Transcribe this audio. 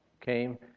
came